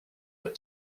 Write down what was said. but